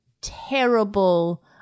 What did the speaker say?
terrible